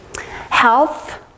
Health